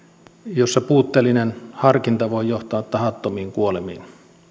joissa puutteellinen harkinta voi johtaa tahattomiin kuolemiin